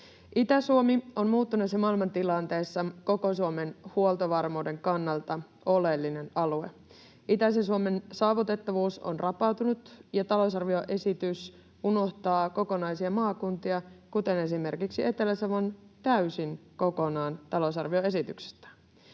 Itä-Suomi on muuttuneessa maailmantilanteessa koko Suomen huoltovarmuuden kannalta oleellinen alue. Itäisen Suomen saavutettavuus on rapautunut, ja talousarvioesitys unohtaa kokonaisia maakuntia, kuten esimerkiksi Etelä-Savon, täysin kokonaan. Joukkoliikenteen